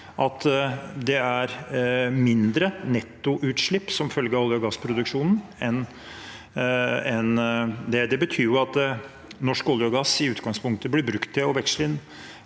at det er mindre nettoutslipp som følge av olje- og gassproduksjonen enn det. Det betyr at norsk olje og gass i utgangspunktet blir brukt til å veksle inn